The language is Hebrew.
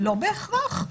לא בהכרח.